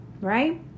right